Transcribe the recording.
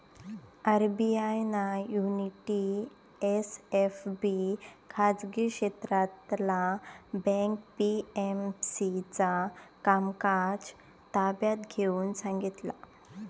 RBI ना Unity SFB खाजगी क्षेत्रातला बँक पी.एम.सी चा कामकाज ताब्यात घेऊन सांगितला